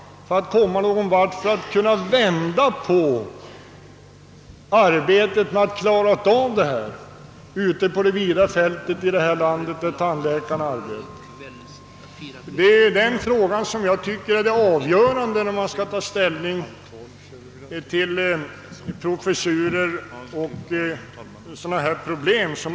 Bör vi inte göra detta för att kunna vända på nuvarande situation och klara av arbetet på det vida fältet ute i landet. Det är detta som jag tycker är avgörande när man skall ta ställning till frågan om dessa professurer.